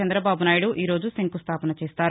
చంద్రబాబునాయుడు ఈ రోజు శంకుస్థావన చేస్తారు